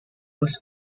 was